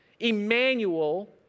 Emmanuel